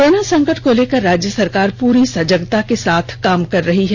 corona संकट को लेकर राज्य सरकार पूरी सजगता के साथ काम कर रही है